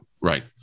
Right